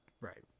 Right